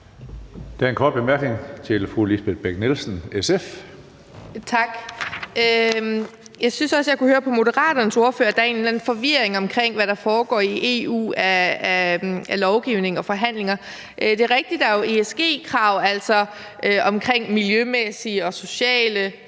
Jeg synes også, jeg kunne høre på Moderaternes ordfører, at der er en eller anden forvirring omkring, hvad der foregår af lovgivning og forhandlinger i EU. Det er jo rigtigt, at der er ESG-krav, altså krav omkring miljømæssige, grønne og sociale